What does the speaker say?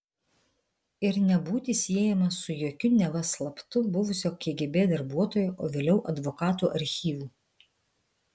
ir nebūti siejamas su jokiu neva slaptu buvusio kgb darbuotojo o vėliau advokato archyvu